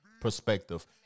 perspective